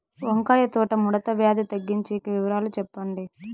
వంకాయ తోట ముడత వ్యాధి తగ్గించేకి వివరాలు చెప్పండి?